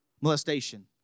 Molestation